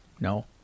No